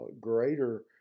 greater